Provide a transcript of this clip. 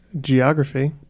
geography